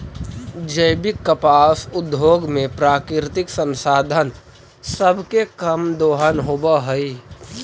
जैविक कपास उद्योग में प्राकृतिक संसाधन सब के कम दोहन होब हई